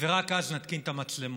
ורק אז נתקין את המצלמות.